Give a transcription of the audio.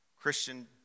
Christian